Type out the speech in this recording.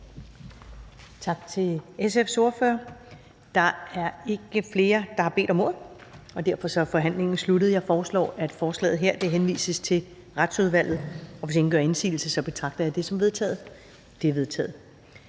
Tak til SF's ordfører. Der er ikke flere, der har bedt om ordet, og derfor er forhandlingen sluttet. Jeg foreslår, forslaget til folketingsbeslutning henvises til Retsudvalget. Hvis ingen gør indsigelse, betragter jeg det som vedtaget. Det er vedtaget.